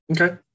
Okay